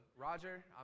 Roger